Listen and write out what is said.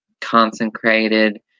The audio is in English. consecrated